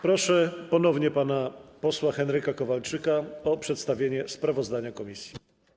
Proszę ponownie pana posła Henryka Kowalczyka o przedstawienie sprawozdania komisji.